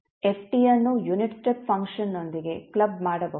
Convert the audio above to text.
f ಅನ್ನು unit step ಫಂಕ್ಷನ್ನೊಂದಿಗೆ club ಮಾಡಬಹುದು